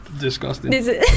disgusting